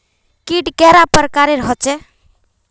कीट कैडा पर प्रकारेर होचे?